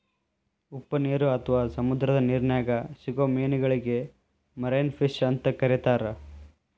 ಉಪ್ಪನೇರು ಅತ್ವಾ ಸಮುದ್ರದ ನಿರ್ನ್ಯಾಗ್ ಸಿಗೋ ಮೇನಗಳಿಗೆ ಮರಿನ್ ಫಿಶ್ ಅಂತ ಕರೇತಾರ